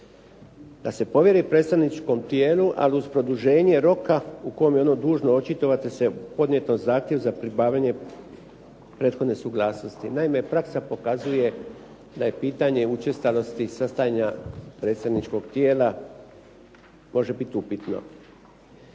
da se povjeri predstavničkom tijelu ali uz produženje roka u kojem je ono dužno očitovati se o podnijetom zahtjevu za pribavljanje prethodne suglasnosti. Naime, praksa pokazuje da je pitanje učestalosti sastajanja predstavničkog tijela može biti upitno.